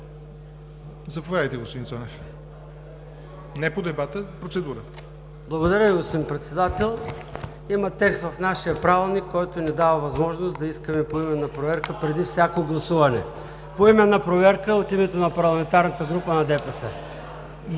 заповядайте, господин Цонев. ЙОРДАН ЦОНЕВ (ДПС): Благодаря Ви, господин Председател. Имате текст в нашия Правилник, който ни дава възможност да искаме поименна проверка преди всяко гласуване. Поименна проверка от името на парламентарната група на ДПС.